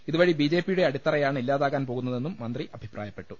ഇതുവഴി ബി ജെപിയുടെ അടിത്തറയാണ് ഇല്ലാ താകാൻ പോകുന്നതെന്നും മന്ത്രി അഭിപ്രായപ്പെട്ടു